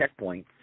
checkpoints